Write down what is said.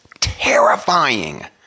terrifying